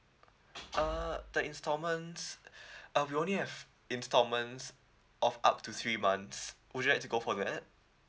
uh the instalments uh we only have instalments of up to three months would you like to go for that